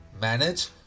manage